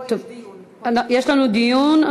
יש לנו דיון.